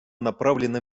направлена